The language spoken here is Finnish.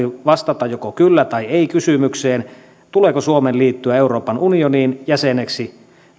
vastata joko kyllä tai ei kysymykseen tuleeko suomen liittyä euroopan unioniin jäseneksi